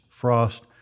frost